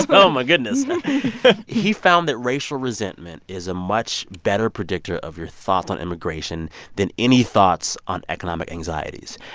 but oh, my goodness he found that racial resentment is a much better predictor of your thoughts on immigration than any thoughts on economic anxieties.